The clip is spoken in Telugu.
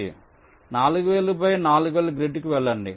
4000 బై 4000 గ్రిడ్కు వెళ్లండి